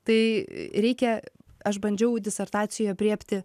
tai reikia aš bandžiau disertacijoj aprėpti